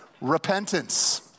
repentance